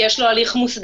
כי יש לו הליך מוסדר,